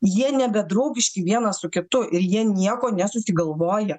jie nebedraugiški vienas su kitu ir jie nieko nesusigalvoja